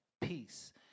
peace